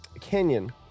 canyon